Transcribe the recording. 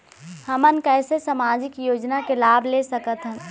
हमन कैसे सामाजिक योजना के लाभ ले सकथन?